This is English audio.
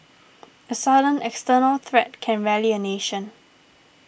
a sudden external threat can rally a nation